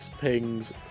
pings